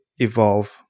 evolve